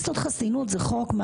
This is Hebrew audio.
זה חוק חסינות.